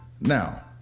Now